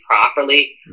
properly